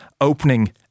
opening